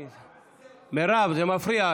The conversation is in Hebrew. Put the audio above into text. מירב, זה מפריע.